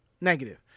Negative